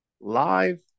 live